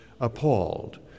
appalled